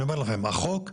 אני אומר לכם, החוק,